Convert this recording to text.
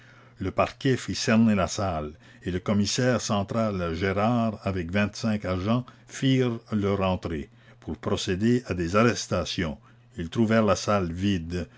le parquet fit cerner la salle et le commissaire central gérard avec vingt-cinq agents firent leur entrée pour procéder à des arrestations ils trouvèrent la salle vide